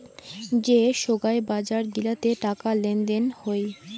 যে সোগায় বাজার গিলাতে টাকা লেনদেন হই